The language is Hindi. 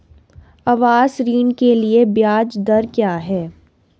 आवास ऋण के लिए ब्याज दर क्या हैं?